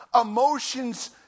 Emotions